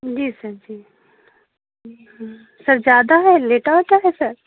जी sir जी sir ज़्यादा है लेटा उटा है सर